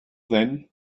then